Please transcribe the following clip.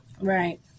Right